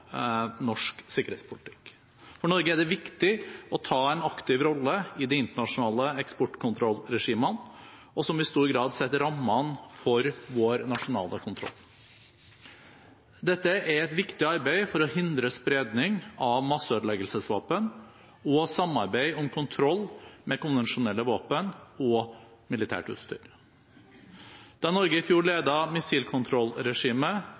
norsk sikkerhetspolitikk. For Norge er det viktig å ta en aktiv rolle i de internasjonale eksportkontrollregimene, som i stor grad setter rammene for vår nasjonale kontroll. Dette er et viktig arbeid for å hindre spredning av masseødeleggelsesvåpen og samarbeid om kontroll med konvensjonelle våpen og militært utstyr. Da Norge i fjor